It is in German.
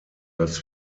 das